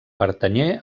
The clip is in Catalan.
pertanyé